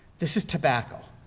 this is tobacco.